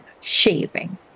shaving